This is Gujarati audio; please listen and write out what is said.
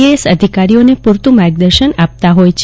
એસ અધિકારીઓને માર્ગદર્શન આપતા હોય છે